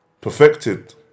perfected